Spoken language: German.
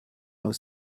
aus